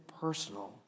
personal